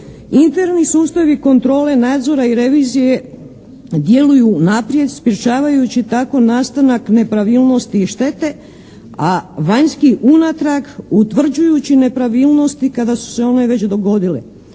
"Interni sustavi kontrole, nadzora i revizije djeluju unaprijed, sprječavajući tako nastanak nepravilnosti i štete, a vanjski unatrag, utvrđujući nepravilnosti kada su se one već dogodile.